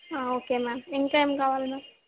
okay ma'am ఇంకేం కావాలి ma'am